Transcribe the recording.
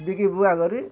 ବିକି ବୁକା କରି